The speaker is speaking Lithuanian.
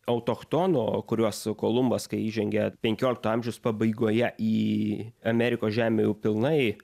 autochtonų o kuriuos kolumbas kai įžengia penkiolikto amžiaus pabaigoje į amerikos žemę jau pilnai